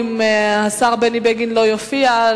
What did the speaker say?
אם השר בני בגין לא יופיע,